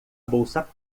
bolsa